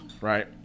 right